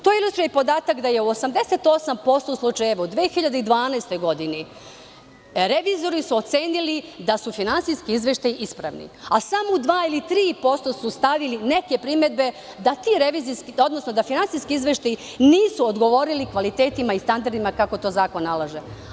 To ilustruje i podatak da su u 88% slučajeva u 2012. godini, revizori ocenili da su finansijski izveštaji ispravni, a samo u 2% ili 3% su stavili neke primedbe da finansijski izveštaji nisu odgovorili kvalitetima i standardima kako to zakon nalaže.